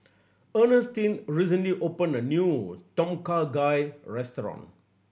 Earnestine recently opened a new Tom Kha Gai restaurant